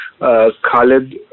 Khalid